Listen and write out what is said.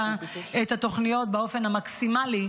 את התוכניות שצריך לקדם באופן המקסימלי,